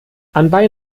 anbei